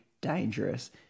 dangerous